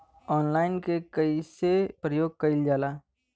Online के कइसे प्रयोग कइल जाला?